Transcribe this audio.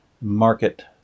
market